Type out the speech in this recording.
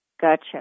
Gotcha